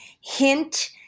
hint